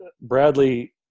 Bradley